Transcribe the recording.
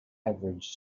average